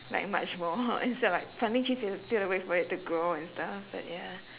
like much more instead of like planting trees you'll still have to wait for it to grow and stuff but ya